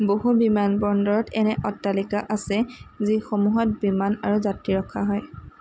বহু বিমানবন্দৰত এনে অট্টালিকা আছে যিসমূহত বিমান আৰু যাত্ৰী ৰখা হয়